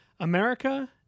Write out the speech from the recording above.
America